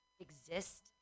exist